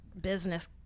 business